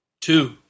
two